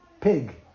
Pig